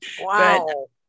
Wow